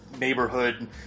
neighborhood